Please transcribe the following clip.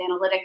analytics